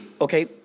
Okay